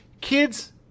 kids